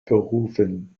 berufen